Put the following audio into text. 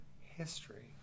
history